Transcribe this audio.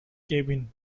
cabin